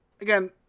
Again